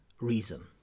reason